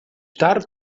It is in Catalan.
tard